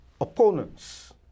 opponents